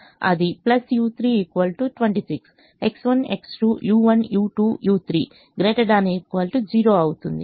X1X2u1u2u3 ≥ 0 అవుతుంది